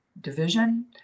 division